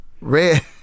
Red